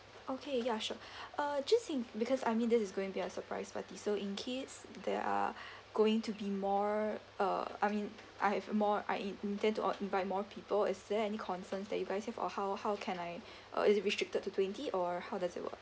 okay ya sure uh just in because I mean this is going be a surprise party so in case there are going to be more uh I mean I have more I intend to or invite more people is there any concerns that you guys have or how how can I uh is it restricted to twenty or how does it work